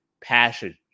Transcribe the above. passion